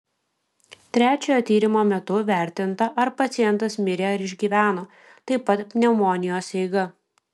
trečiojo tyrimo metu vertinta ar pacientas mirė ar išgyveno taip pat pneumonijos eiga